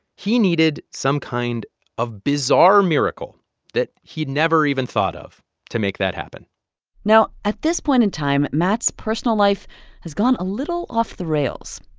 he needed some kind of bizarre miracle that he'd never even thought of to make that happen now, at this point in time, matt's personal life has gone a little off the rails.